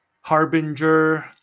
Harbinger